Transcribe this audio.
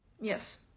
Yes